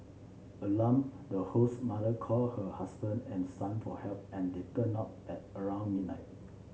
alarmed the host's mother called her husband and son for help and they turned up at around midnight